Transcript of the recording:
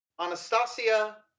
Anastasia